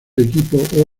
equipo